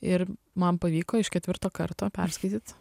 ir man pavyko iš ketvirto karto perskaityt